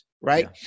right